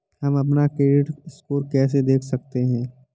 हम अपना credit score कैसे देख सकते हैं?